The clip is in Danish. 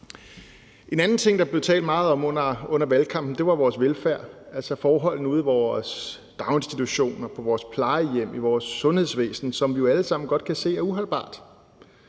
En anden ting, der blev talt meget om under valgkampen, var vores velfærd, altså forholdene ude i vores daginstitutioner, på vores plejehjem og i vores sundhedsvæsen, som vi jo alle sammen godt kan se er uholdbare.